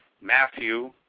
Matthew